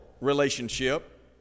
relationship